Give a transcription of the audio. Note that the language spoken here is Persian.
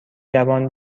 جوان